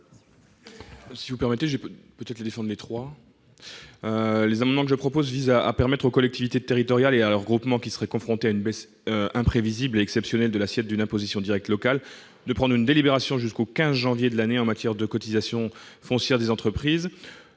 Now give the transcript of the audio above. trois amendements visent à permettre aux collectivités territoriales et à leurs groupements qui seraient confrontés à une baisse imprévisible et exceptionnelle de l'assiette d'une imposition directe locale de prendre une délibération jusqu'au 15 janvier de l'année en matière de cotisation foncière des entreprises,